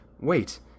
Wait